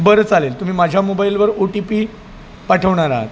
बरं चालेल तुम्ही माझ्या मोबाईलवर ओ टी पी पाठवणार आहात